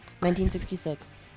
1966